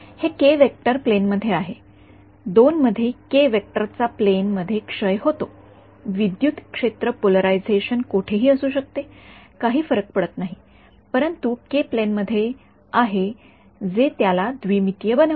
हे k vector plane मध्ये आहे २ मध्ये के व्हेक्टर चा प्लेन मध्ये क्षय होतो विद्युत क्षेत्र पोलरायझेशन कोठेही असू शकते काही फरक पडत नाही परंतु के प्लेन मध्ये आहे जे त्याला द्विमितीय बनवते